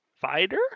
fighter